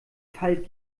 fall